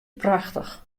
prachtich